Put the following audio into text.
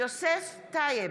יוסף טייב,